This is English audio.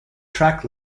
track